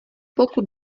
pokud